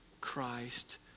Christ